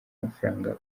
amafaranga